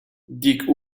dick